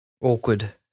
awkward